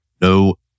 no